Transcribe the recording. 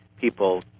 People